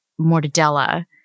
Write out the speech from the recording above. mortadella